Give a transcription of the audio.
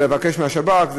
תבקש מהשב"כ.